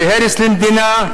זה הרס למדינה,